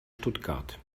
stuttgart